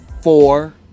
four